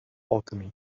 alchemy